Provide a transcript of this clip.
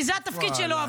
כי זה התפקיד שלו.